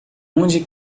onde